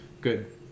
good